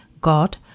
God